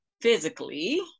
physically